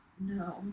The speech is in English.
No